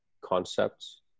concepts